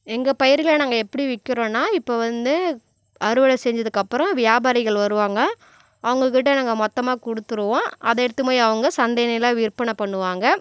எங்கள் பயிர்களை நாங்கள் எப்படி விற்கிறோன்னா இப்போ வந்து அறுவடை செஞ்சதுக்கப்பறம் வியாபாரிகள் வருவாங்க அவங்கக்கிட்ட நாங்கள் மொத்தமாக கொடுத்துடுவோம் அதை எடுதுன்னு போய் அவங்க சந்தைலலாம் விற்பனை பண்ணுவாங்க